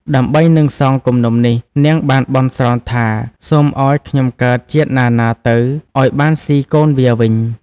ដើម្បីនឹងសងគំនុំនេះ នាងបានបន់ស្រន់ថា "សូមឲ្យខ្ញុំកើតជាតិណាៗទៅ ឲ្យបានស៊ីកូនវាវិញ"។